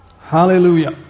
Hallelujah